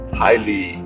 highly